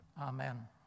Amen